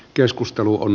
keskustelu on